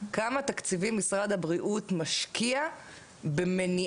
כמה תקציבים משרד הבריאות משקיע במניעה?